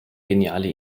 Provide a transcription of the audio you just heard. geniale